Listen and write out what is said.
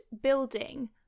building